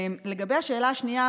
לגבי השאלה השנייה,